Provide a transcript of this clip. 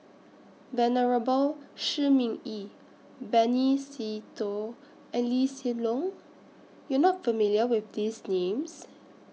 Venerable Shi Ming Yi Benny Se Teo and Lee Hsien Loong YOU Are not familiar with These Names